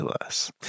less